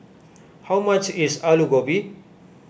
how much is Alu Gobi